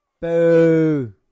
Boo